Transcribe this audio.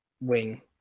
wing